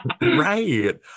right